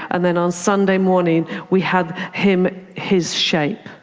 and then on sunday morning we had him his shape.